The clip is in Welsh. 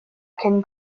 cyn